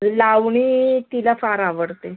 लावणी तिला फार आवडते